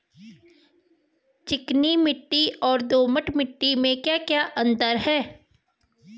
चिकनी मिट्टी और दोमट मिट्टी में क्या क्या अंतर है?